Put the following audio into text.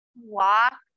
Walk